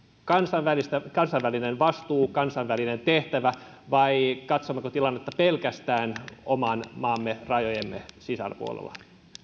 kansainvälinen vastuu kansainvälinen tehtävä vai katsommeko tilannetta pelkästään oman maamme rajojen sisäpuolella